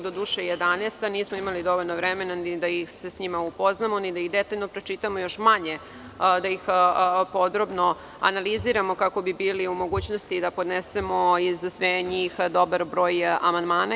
Doduše, ima ih 11, a nismo imali dovoljno vremena ni da se sa njim upoznamo, ni da ih detaljno pročitamo, a još manje da ih podrobno analiziramo kako bi bili u mogućnosti da podnesemo za sve njih dobar broj amandmana.